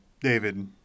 David